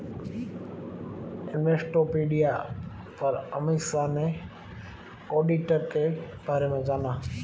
Investopedia पर अमीषा ने auditor के बारे में जाना